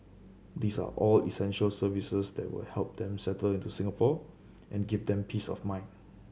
these are all essential services that will help them settle into Singapore and give them peace of mind